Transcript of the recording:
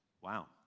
Wow